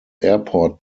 airport